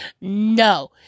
no